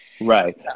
Right